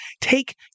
take